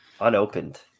Unopened